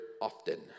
often